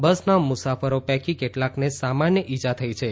બસના મુસાફરો પૈકી કેટલાકને સામાન્ય ઇજા થઇ છે